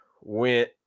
went